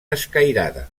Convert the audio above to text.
escairada